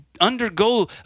undergo